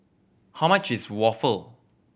how much is waffle